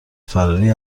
فراری